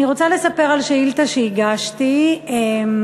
אני רוצה לספר על שאילתה שהגשתי בנושא